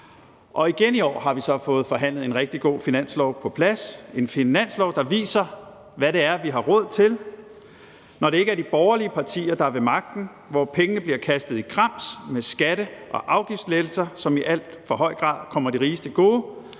igen i år har vi så fået forhandlet en rigtig god finanslov på plads, en finanslov, der viser, hvad vi har råd til, når det ikke er de borgerlige partier, der er ved magten, og hvor pengene bliver kastet i grams i form af skatte- og afgiftslettelser, som i alt for høj grad kommer de rigeste til